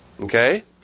Okay